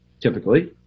typically